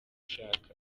ushaka